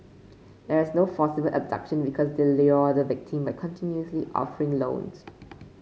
there is no forcible abduction because they lure the victim by continuously offering loans